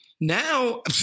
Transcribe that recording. Now